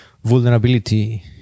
vulnerability